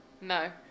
No